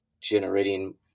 generating